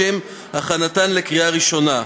לשם הכנתן לקריאה ראשונה: